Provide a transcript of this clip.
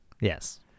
Yes